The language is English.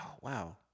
wow